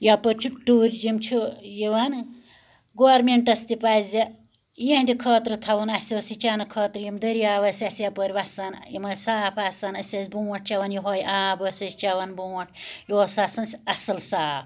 یَپٲرۍ چھُ ٹورِجم چھُ یوان گارمنٹَس تہِ پَزِ یِہٕنٛدِ خٲطرٕ تھاوُن اسہ اوس یہِ چَنہٕ خٲطرٕ یم دٔری آو ٲسۍ اَسہِ یَپٲرۍ وَسان یم ٲسۍ صاف آسان أسۍ ٲسۍ برونٹھ چوان یُہے آب ٲسۍ أسۍ چَوان برونٹھ یہِ اوس آسان اصل صاف